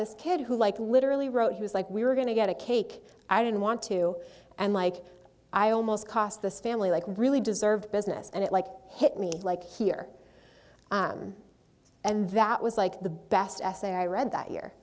this kid who like literally wrote he was like we were going to get a cake i didn't want to and like i almost cost this family like really deserved business and it like hit me like here i am and that was like the best essay i read that year